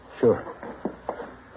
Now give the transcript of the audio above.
Sure